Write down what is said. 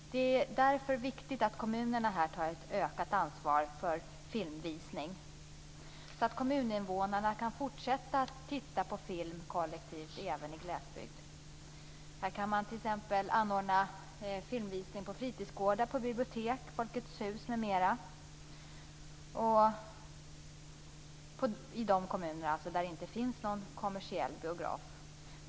Det är därför viktigt att kommunerna tar ett ökat ansvar för filmvisning. Kommuninvånarna måste kunna fortsätta att titta på film kollektivt även i glesbygd. Man kan t.ex. anordna filmvisning på fritidsgårdar, på bibliotek, i Folkets Hus m.m. i de kommuner där det inte finns någon kommersiell biograf.